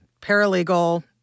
paralegal